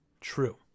true